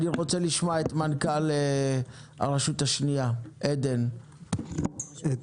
אני רוצה לשמוע את מנכ"ל הרשות השנייה, עדן בר טל.